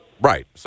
Right